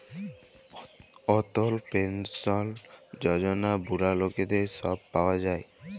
অটল পেলসল যজলা বুড়া লকদের ছব পাউয়া যায়